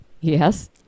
Yes